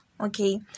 Okay